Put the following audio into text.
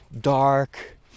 dark